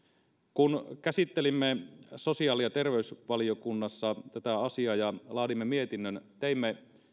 kun käsittelimme sosiaali ja terveysvaliokunnassa tätä asiaa ja laadimme mietinnön teimme